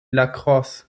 lacrosse